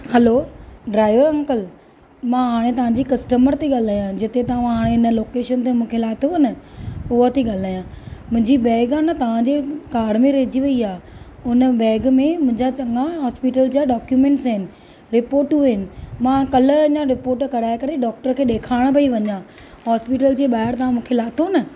hello driver uncle मां हाणे तव्हांजी कस्टमर थी ॻाल्हाइयां जिते तव्हां हाणे हिन लोकेशन ते मूंखे लाथव न उहा थी ॻाल्हाइयां मुंहिंजी बैग आहे न तव्हांजी कारु में रहिजी वेई आहे उन बैग में मुंहिंजा चङा हॉस्पीटल जा डोक्युमेंट्स आहिनि रिपोर्टूं आहिनि मां कल्ह अञा रिपोर्ट कराए करे डॉक्टर खे ॾेखारणु पई वञां हॉस्पिटल जे ॿाहिरि तव्हां मूंखे लाथो हो न